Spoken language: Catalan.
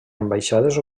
ambaixades